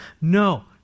No